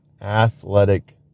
athletic